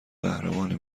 قهرمانی